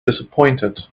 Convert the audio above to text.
disappointed